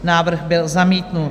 Návrh byl zamítnut.